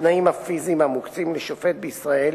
התנאים הפיזיים המוקצים לשופט בישראל